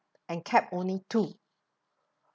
and kept only two